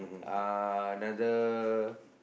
uh another